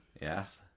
Yes